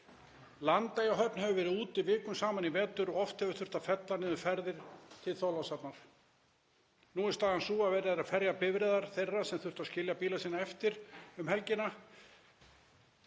Landeyjahöfn hefur verið úti vikum saman í vetur og oft hefur þurft að fella niður ferðir til Þorlákshafnar. Nú er staðan sú að verið er að ferja bifreiðar þeirra sem þurftu að skilja bíla sína eftir um helgina